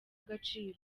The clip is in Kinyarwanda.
agaciro